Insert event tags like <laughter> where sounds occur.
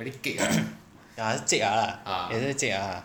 <noise> ya cek-ark ah 也是 cek-ark lah